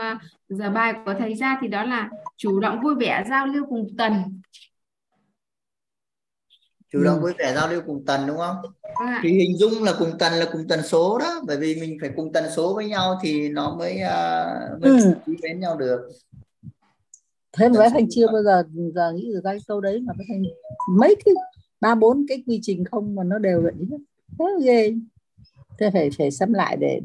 Giờ bài của thầy ra thì đó là chủ động vui vẻ, giao lưu cùng tần. Chủ động Ừ. vui vẻ, giao lưu cùng tần đúng không? Đúng ạ. Thì hình dung là cùng tần là cùng tần số đó. Bởi vì mình phải cùng tần số với nhau thì nó mới, à, mới Ừ. bén nhau được. Thế mà Tần bác số Thanh cùng chưa tần. bao giờ- giờ nghĩ được ra cái sâu đấy mà bác Thanh mấy cái- ba, bốn cái quy trình không mà nó đều là ý thức. Thế ghê. Thế phải- phải xem lại để-